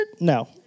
No